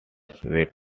said